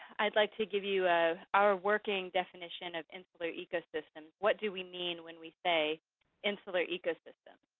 i'd like to give you ah our working definition of insular ecosystems. what do we mean when we say insular ecosystem?